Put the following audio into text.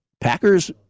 Packers